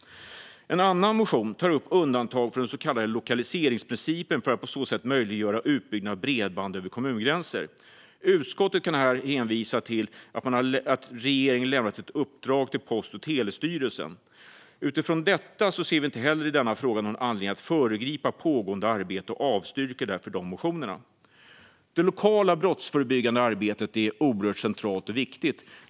En annan motion tar upp undantag från den så kallade lokaliseringsprincipen för att på så sätt möjliggöra utbyggnad av bredband över kommungränser. Utskottet kan här hänvisa till att regeringen lämnat ett uppdrag till Post och telestyrelsen. Utifrån detta ser vi inte heller i denna fråga någon anledning att föregripa pågående arbete och avstyrker därför motionerna. Det lokala brottsförebyggande arbetet är oerhört centralt och viktigt.